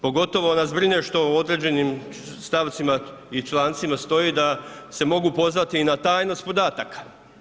Pogotovo nas brine što u određenim stavcima i člancima stoji da se mogu pozvati i na tajnost podataka.